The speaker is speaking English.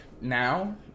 now